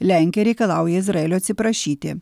lenkija reikalauja izraelio atsiprašyti